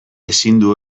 ezindu